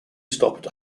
stop